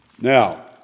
Now